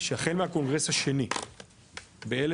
שהחל מהקונגרס השני ב-1898,